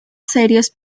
series